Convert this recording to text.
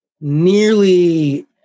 nearly